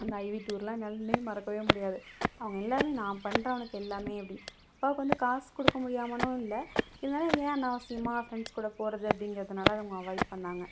அந்த ஐவி டூரெலாம் என்னால் இன்னுயும் மறக்கவே முடியாது அவங்க எல்லாேருமே நான் பண்ணுறேன் உனக்கு எல்லாமே அப்படினு அப்பாவுக்கு வந்து காசு கொடுக்க முடியாமலும் இல்லை இருந்தாலும் ஏன் அனாவசியமாக ஃப்ரெண்ட்ஸ் கூட போவது அப்படிங்கிறதுனால அதை அவங்க அவாய்ட் பண்ணிணாங்க